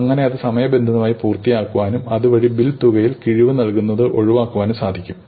അങ്ങിനെ അത് സമയബന്ധിതമായി പൂർത്തിയാക്കുവാനും അതുവഴി ബിൽ തുകയിൽ കിഴിവ് നൽകുന്നത് ഒഴിവാക്കാനും സാധിക്കും